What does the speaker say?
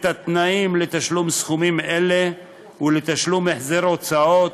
את התנאים לתשלום סכומים אלה ולתשלום החזר הוצאות,